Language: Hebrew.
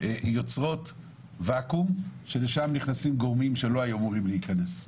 יוצרים ואקום שלשם נכנסים גורמים שלא היו אמורים להיכנס.